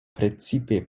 precipe